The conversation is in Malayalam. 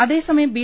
അതേസമയം ബി